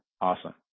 Awesome